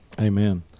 amen